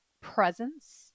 presence